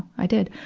i did.